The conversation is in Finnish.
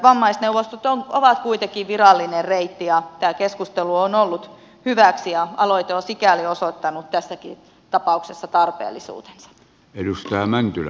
vammaisneuvostot ovat kuitenkin virallinen reitti ja tämä keskustelu on ollut hyväksi ja aloite on sikäli osoittanut tässäkin tapauksessa tarpeellisuutensa